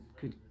good